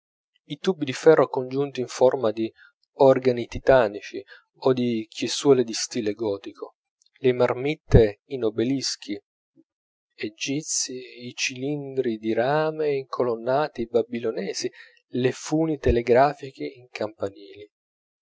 i tubi di ferro congiunti in forma di organi titanici o di chiesuole di stile gotico le marmitte in obelischi egizii i cilindri di rame in colonnati babilonesi le funi telegrafiche in campanili